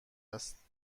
است